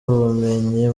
ubumenyi